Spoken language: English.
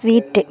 sweet